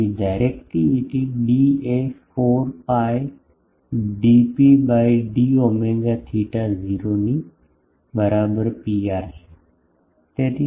તેથી directivity D એ 4 pi dP by d omega theta 0 થી બરાબર PR છે